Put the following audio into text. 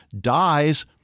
dies